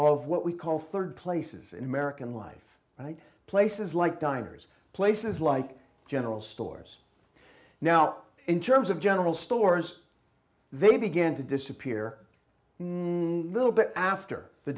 of what we call rd places in american life and places like diners places like general stores now in terms of general stores they began to disappear nil but after the